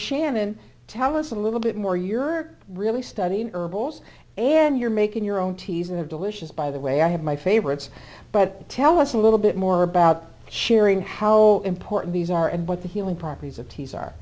shannon tell us a little bit more you're really studying herbals and you're making your own teas and delicious by the way i have my favorites but tell us a little bit more about sharing how important these are and what the healing properties of teas are